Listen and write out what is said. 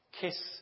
kiss